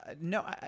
no